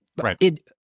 Right